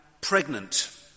pregnant